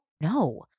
No